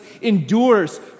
endures